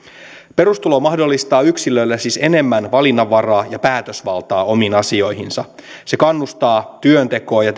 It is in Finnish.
perustulo mahdollistaa yksilölle siis enemmän valinnanvaraa ja päätösvaltaa omiin asioihinsa se kannustaa työntekoon ja